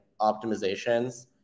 optimizations